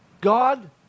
God